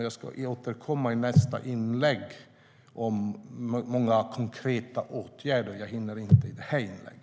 Jag ska återkomma till många konkreta åtgärder i nästa inlägg.